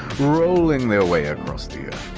rolling their way across the earth.